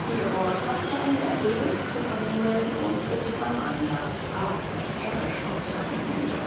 ihr ohr glaubte eine erhörung zu vernehmen und es kam anders hart und herrisch aus seinem munde